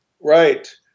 right